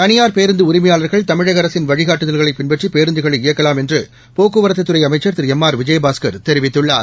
தனியார் பேருந்து உரிமையாளர்கள் தமிழக அரசின் வழிகாட்டுதல்களை பின்பற்றி பேருந்துகளை இயக்கலாம் என்று போக்குவரத்துத்துறை அமைச்சர் திரு எம் ஆர் விஜயபாஸ்கர் தெரிவித்துள்ளார்